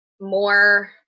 more